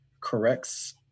corrects